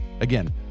Again